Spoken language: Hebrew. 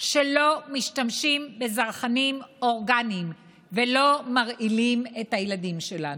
שלא משתמשים בזרחנים אורגניים ולא מרעילים את הילדים שלנו.